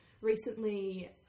recently